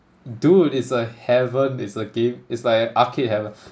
dude it's a heaven it's a game it's like an arcade heaven